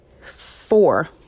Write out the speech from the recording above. four